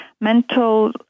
mental